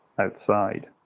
outside